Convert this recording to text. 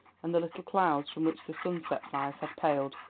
and the little clouds, from which the sunset fires had paled,